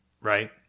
Right